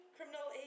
Criminal